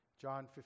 John